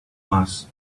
mass